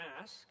ask